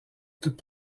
toute